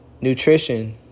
nutrition